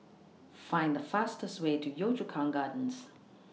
Find The fastest Way to Yio Chu Kang Gardens